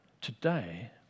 Today